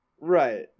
Right